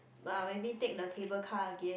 uh maybe take the cable car again